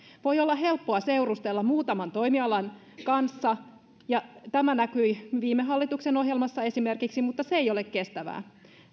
voi olla helppoa seurustella muutaman toimialan kanssa ja tämä näkyi esimerkiksi viime hallituksen ohjelmassa mutta se ei ole kestävää